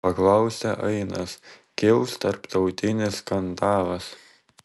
paklausė ainas kils tarptautinis skandalas